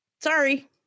sorry